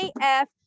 AF